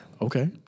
okay